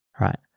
right